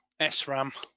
SRAM